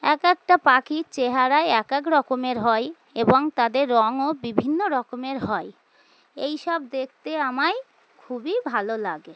এক একটা পাখির চেহারাই এক এক রকমের হয় এবং তাদের রঙও বিভিন্ন রকমের হয় এই সব দেখতে আমায় খুবই ভালো লাগে